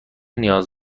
نیاز